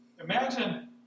Imagine